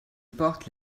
porte